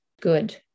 good